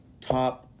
top